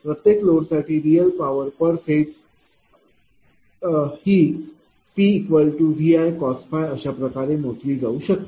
प्रत्येक लोडसाठी real power per phase PVI cos अशाप्रकारे मोजली जाऊ शकते